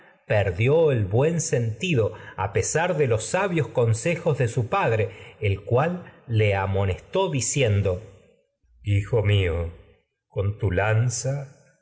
perdió el su sentido a de los sa bios consejos de padre el cual le amonestó diciendo lanza has hijo mío con tu